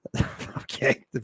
Okay